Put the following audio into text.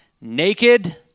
naked